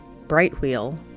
Brightwheel